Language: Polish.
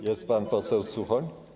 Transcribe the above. Jest pan poseł Suchoń?